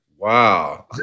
Wow